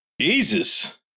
Jesus